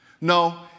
No